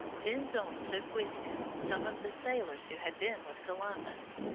pinzon took with him some of the sailors who had been with columbus,